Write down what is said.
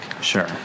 Sure